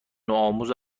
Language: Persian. نوآموز